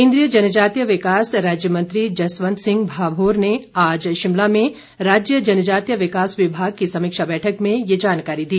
केन्द्रीय जनजातीय विकास राज्य मंत्री जसवंत सिंह भाभोर ने आज शिमला में राज्य जनजातीय विकास विभाग की समीक्षा बैठक में ये जानकारी दी